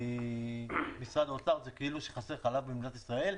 לשרש ממשרד האוצר זה כאילו שחסר חלב במדינת ישראל,